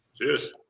Cheers